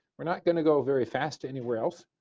we're not going to go very fast anywhere else,